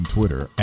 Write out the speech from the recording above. Twitter